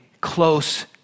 close